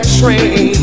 train